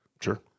Sure